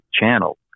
channel